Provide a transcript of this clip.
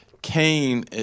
Cain